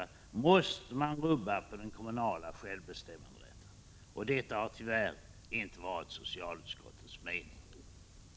Men sedan socialberedningen har sett på hur tillämpningen sker kommer säkert råd och anvisningar till kommunerna att utfärdas, så att servicen till handikappade förbättras där den inte bra.